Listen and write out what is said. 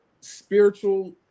spiritual